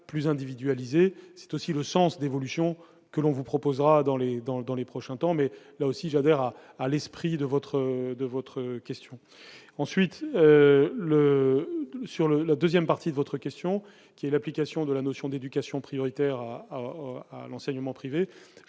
plus individualisé, c'est aussi le sens d'évolution que l'on vous proposera dans les dans les dans les prochains temps mais là aussi j'adhère à à l'esprit de votre de votre question, ensuite le sur le la 2ème partie de votre question qui est l'application de la notion d'éducation prioritaire à l'enseignement privé,